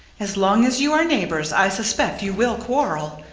as long as you are neighbors, i suspect you will quarrel.